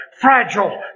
fragile